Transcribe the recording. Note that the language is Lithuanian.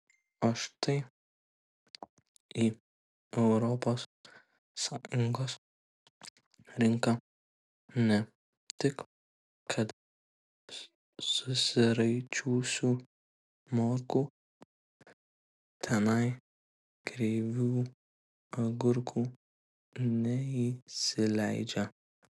o štai į europos sąjungos rinką ne tik kad susiraičiusių morkų tenai kreivų agurkų neįsileidžia